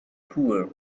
poor